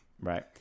right